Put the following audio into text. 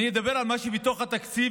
אני אדבר על מה שבתוך התקציב,